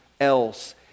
else